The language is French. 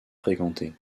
fréquenté